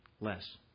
less